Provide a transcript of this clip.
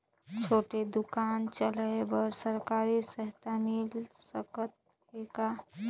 छोटे दुकान चलाय बर सरकारी सहायता मिल सकत हे का?